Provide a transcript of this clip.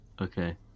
okay